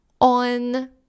on